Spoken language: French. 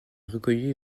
recueilli